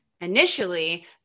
initially